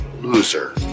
loser